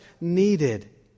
needed